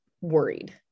worried